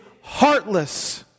heartless